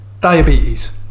diabetes